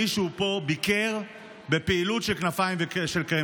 אני לא יודע אם מישהו פה ביקר בפעילות של כנפיים של קרמבו.